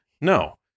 No